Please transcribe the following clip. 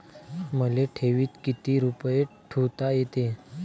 मले ठेवीत किती रुपये ठुता येते?